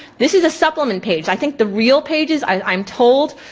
this is a supplement page, i think the real pages, i'm told,